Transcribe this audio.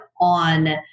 on